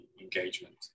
engagement